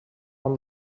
han